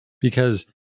because-